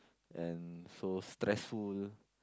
and so stressful